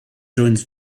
joins